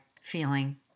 feeling